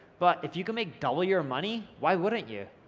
but if you can make double your money, why wouldn't you.